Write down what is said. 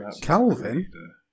Calvin